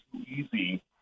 easy